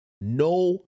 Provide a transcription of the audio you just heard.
No